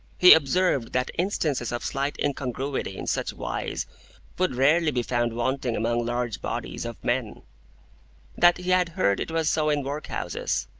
he observed that instances of slight incongruity in such wise would rarely be found wanting among large bodies of men that he had heard it was so in workhouses,